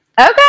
Okay